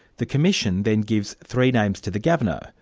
the commission then gives three names to the governor,